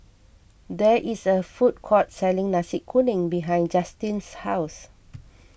there is a food court selling Nasi Kuning behind Justine's house